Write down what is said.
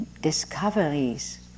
discoveries